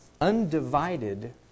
undivided